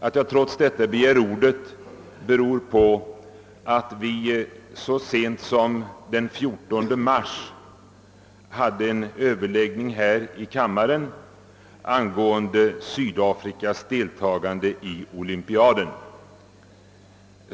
Att jag trots detta begärt ordet beror på att vi så sent som den 14 mars hade en överläggning här i kammaren om Sydafrikas deltagande i olympiaden.